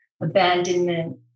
abandonment